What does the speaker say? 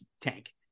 tank